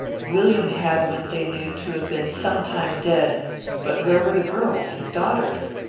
william hadwin they knew to have been some time dead but where were the girls, his daughters?